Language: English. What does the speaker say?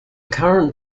current